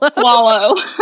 swallow